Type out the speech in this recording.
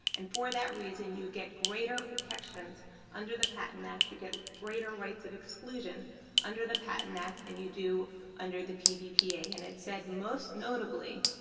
and for that reason, you get greater protection under the patent act, you get greater rights of exclusion under the patent act than you do under the pvpa. and it said, most notably,